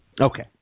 Okay